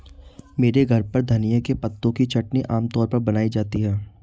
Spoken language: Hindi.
मेरे घर पर धनिए के पत्तों की चटनी आम तौर पर बनाई जाती है